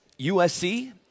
USC